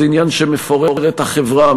זה עניין שמפורר את החברה,